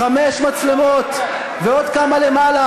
חמש מצלמות ועוד כמה למעלה,